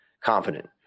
confident